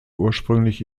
ursprünglich